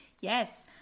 Yes